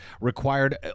required